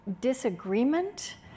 disagreement